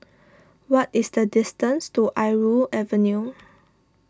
what is the distance to Irau Avenue